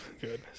Good